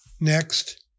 Next